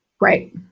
Right